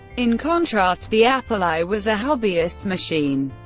in contrast, the apple i was a hobbyist machine.